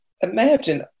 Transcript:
imagine